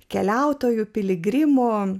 keliautojų piligrimams